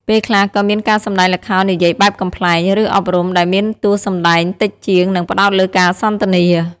ពេលខ្លះក៏មានការសម្ដែងល្ខោននិយាយបែបកំប្លែង ឬអប់រំ ដែលមានតួសម្ដែងតិចជាង និងផ្តោតលើការសន្ទនា។